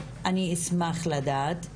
אני אשמח לדעת,